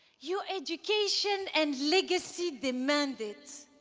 your education and legacy demand it.